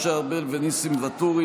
משה ארבל וניסים ואטורי,